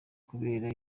kubera